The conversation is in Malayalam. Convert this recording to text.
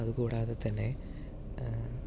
അതുകൂടാതെ തന്നെ